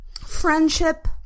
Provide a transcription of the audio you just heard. friendship